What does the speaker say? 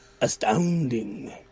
Astounding